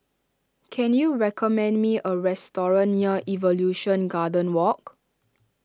can you recommend me a restaurant near Evolution Garden Walk